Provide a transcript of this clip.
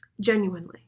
genuinely